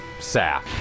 Saf